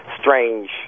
strange